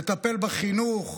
לטפל בחינוך.